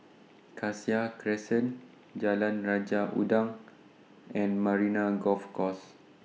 Cassia Crescent Jalan Raja Udang and Marina Golf Course